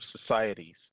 societies